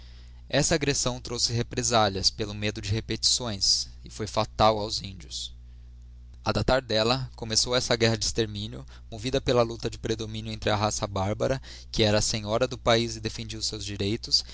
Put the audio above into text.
essa aggressão trouxe represálias pelo medo de repetições e foi fatal aos índios a datar delia começou essa guerra de extermínio movida pela luta de predomínio entre a raça barbara que era a senhora do paiz e defendia os seus direitos